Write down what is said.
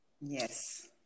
Yes